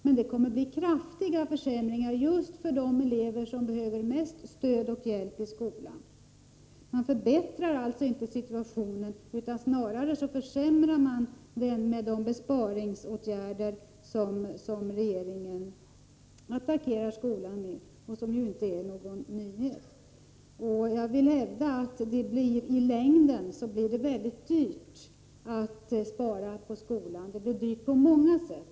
Men det kommer att bli kraftiga försämringar just för de elever som behöver mest stöd och hjälp i skolan. Man förbättrar alltså inte situationen, utan snarare försämrar man den genom de besparingsåtgärder som regeringen nu attackerar skolan med och som ju inte är någon nyhet. Och jag vill hävda att i längden blir det väldigt dyrt att spara på skolans område — det blir dyrt på många sätt.